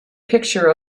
picture